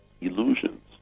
illusions